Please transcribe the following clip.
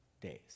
days